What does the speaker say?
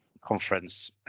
conference